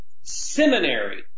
seminary